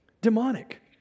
demonic